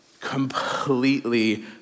completely